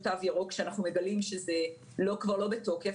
תו ירוק כשאנחנו מגלים שזה כבר לא בתוקף,